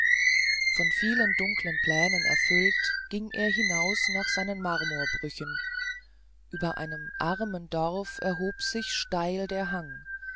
von vielen dunkeln plänen erfüllt ging er hinaus nach seinen marmorbrüchen über einem armen dorf erhob sich steil der hang